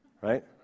right